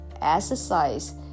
exercise